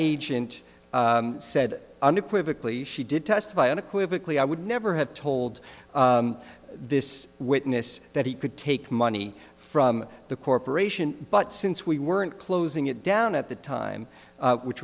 agent said unequivocally she did testify on equivocally i would never have told this witness that he could take money from the corporation but since we weren't closing it down at the time which